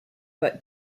but